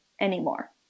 anymore